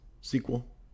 sequel